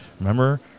Remember